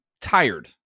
tired